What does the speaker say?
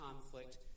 conflict